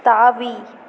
தாவி